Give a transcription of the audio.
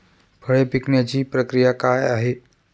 फळे पिकण्याची प्रक्रिया काय आहे?